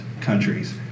countries